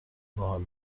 باحال